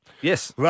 Yes